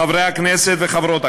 חברי הכנסת וחברות הכנסת,